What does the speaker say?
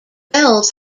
bells